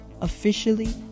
officially